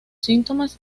síntomas